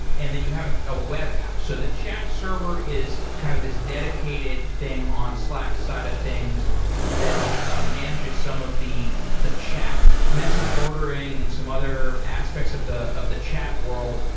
and then you have a ah web app. so the chat server is kind of this dedicated thing on slack side of things that ah manages some of the the chat message ordering and some other aspects of the of the chat world.